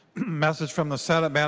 message from the senate. mme. and